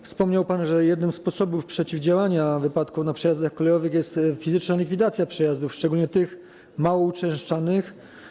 Wspomniał pan, że jednym ze sposobów przeciwdziałania wypadkom na przejazdach kolejowych jest fizyczna likwidacja przejazdów, szczególnie tych mało uczęszczanych.